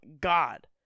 God